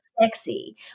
sexy